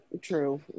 True